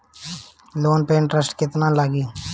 Loan पे interest केतना लागी?